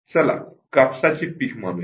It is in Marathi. चला कापसाचे पीक मानूया